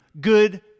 good